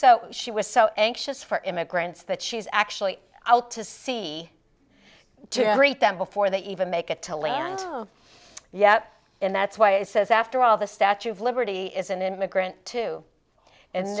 so she was so anxious for immigrants that she's actually out to see to greet them before they even make it to land of yep and that's why it says after all the statue of liberty is an immigrant to and